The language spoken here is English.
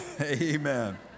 Amen